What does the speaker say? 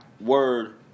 word